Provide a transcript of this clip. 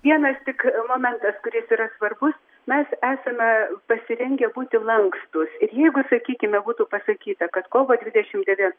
vienas tik momentas kuris yra svarbus mes esame pasirengę būti lankstūs ir jeigu sakykime būtų pasakyta kad kovo dvidešim devin